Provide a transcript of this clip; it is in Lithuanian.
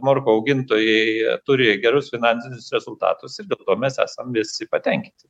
morkų augintojai turi gerus finansinius rezultatus ir dėl to mes esam visi patenkinti